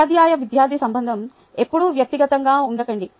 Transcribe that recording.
ఉపాధ్యాయ విద్యార్థి సంబంధం ఎప్పుడూ వ్యక్తిగతంగా ఉండకండి